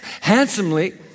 handsomely